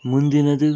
ಮುಂದಿನದು